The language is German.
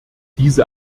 diese